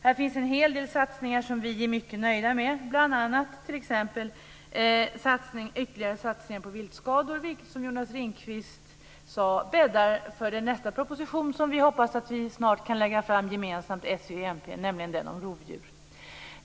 Här finns en hel del satsningar som vi är mycket nöjda med, t.ex. ytterligare satsningar på viltskador, vilka, som Jonas Ringqvist sade, bäddar för nästa proposition som vi hoppas att vi från s, v och mp kan lägga fram gemensamt, nämligen den som ska handla om rovdjur.